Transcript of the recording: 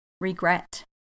regret